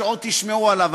שעוד תשמעו עליו,